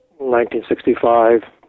1965